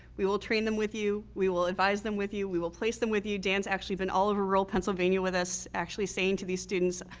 we will train them with you. we will advise them with you. we will place them with you. dan's actually been all over rural pennsylvania with us actually saying to these students,